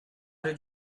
did